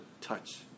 Touch